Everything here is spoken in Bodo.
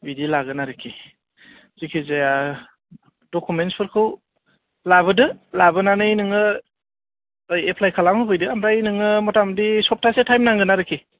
बिदि लागोन आरखि जेखि जाया डकुमेन्ट्सफोरखौ लाबोदो लाबोनानै नोङो ओइ एफ्लाय खालाम होफैदो ओमफाय नोङो मथा मथि सप्तासे टाइम नांगोन आरखि